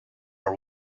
are